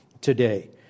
today